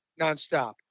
nonstop